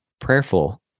prayerful